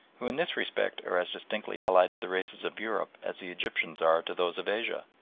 who in this respect are as distinctly allied to the races of europe as the egyptians are to those of asia.